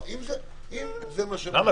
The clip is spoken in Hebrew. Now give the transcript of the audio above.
למה?